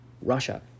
Russia